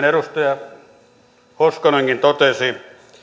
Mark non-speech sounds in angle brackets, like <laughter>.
<unintelligible> edustaja hoskonenkin totesi